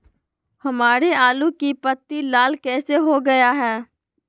हमारे आलू की पत्ती लाल कैसे हो गया है?